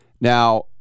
Now